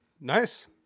Nice